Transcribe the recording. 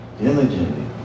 Diligently